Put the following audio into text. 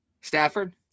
Stafford